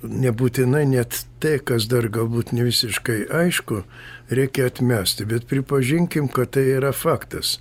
nebūtinai net tai kas dar galbūt nevisiškai aišku reikia atmesti bet pripažinkim kad tai yra faktas